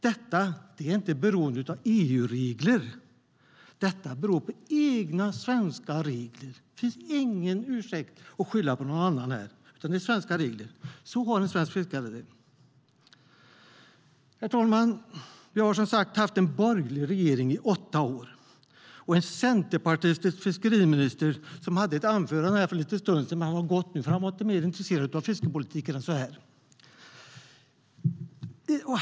Detta beror inte på EU-regler. Det beror på våra egna svenska regler. Det finns ingen ursäkt. Vi kan inte skylla på någon annan här. Det är svenska regler, och så har en svensk fiskare det. Herr talman! Vi har som sagt haft en borgerlig regering i åtta år och en centerpartistisk fiskeriminister. Han hade ett anförande här i kammaren för en liten stund sedan, men han har gått nu eftersom han inte var mer intresserad av fiskepolitiken än så här.